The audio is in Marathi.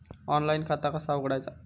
ऑनलाइन खाता कसा उघडायचा?